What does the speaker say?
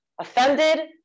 offended